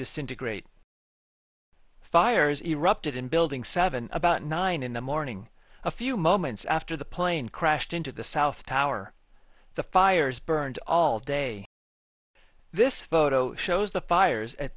disintegrate fires erupted in building seven about nine in the morning a few moments after the plane crashed into the south tower the fires burned all day this photo shows the fires at